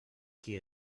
qui